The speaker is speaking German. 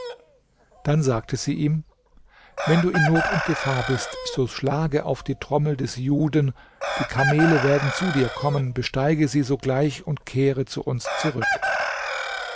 dann sagte sie ihm wenn du in not und gefahr bist so schlage auf die trommel des juden die kamele werden zu dir kommen besteige sie sogleich und kehre zu uns zurück